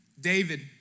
David